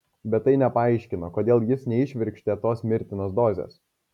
bet tai nepaaiškina kodėl jis neįšvirkštė tos mirtinos dozės